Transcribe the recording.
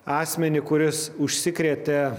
asmenį kuris užsikrėtė